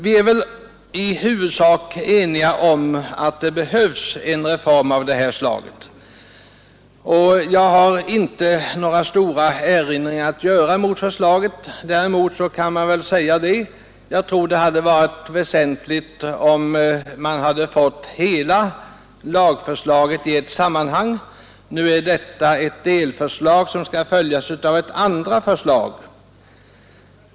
Vi är i huvudsak eniga om att det behövs en reform av det här slaget, och jag har inte några stora erinringar att göra mot förslaget. Däremot tror jag att det hade varit väsentligt att få hela lagförslaget i ett sammanhang. Nu är detta ett delförslag, som skall följas av ett andra förslag.